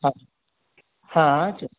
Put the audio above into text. हा हा